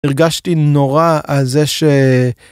הרגשתי נורא על זה ש..